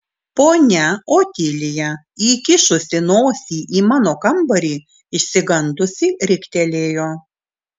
ponia otilija įkišusi nosį į mano kambarį išsigandusi riktelėjo